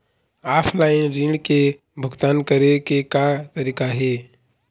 Offline ऋण के भुगतान करे के का तरीका हे?